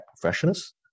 professionals